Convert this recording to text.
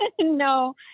no